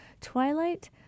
twilight